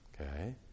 Okay